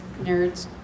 Nerds